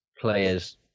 players